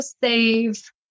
save